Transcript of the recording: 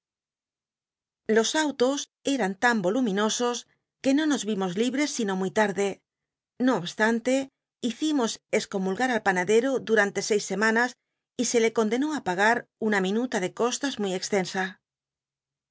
los autos emn lan voluminosos qne no nos vimos libres sino muy lmle no obstante hicimos excomulgar al panadero durante seis semana y se le condenó pagar una minuta de costas muy extensa